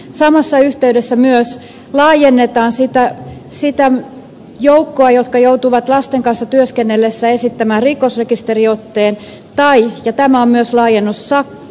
samassa yhteydessä myös laajennetaan sitä joukkoa joka joutuu lasten kanssa työskennellessään esittämään rikosrekisteriotteen tai ja myös tämä on laajennus sakkorekisteriotteen